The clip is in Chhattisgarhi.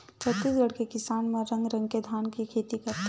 छत्तीसगढ़ के किसान मन रंग रंग के धान के खेती करथे